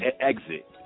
Exit